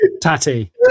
Tatty